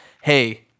hey